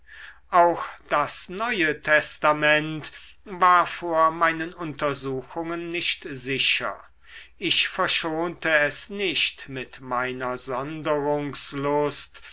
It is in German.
auch das neue testament war vor meinen untersuchungen nicht sicher ich verschonte es nicht mit meiner